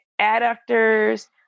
adductors